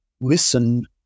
listen